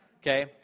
Okay